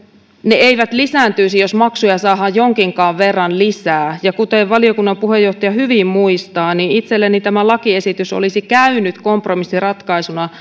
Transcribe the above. ne eivät lisääntyisi jos maksuja saadaan jonkinkaan verran lisää ja kuten valiokunnan puheenjohtaja hyvin muistaa niin itselleni tämä lakiesitys olisi käynyt kompromissiratkaisuna